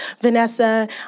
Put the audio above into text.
Vanessa